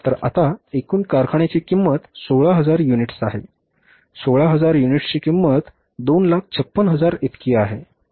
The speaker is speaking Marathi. तर आता एकूण कारखान्याची किंमत 16000 युनिट्स आहे 16000 युनिट्सची किंमत 256000 इतकी आहे